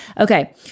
Okay